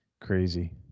Crazy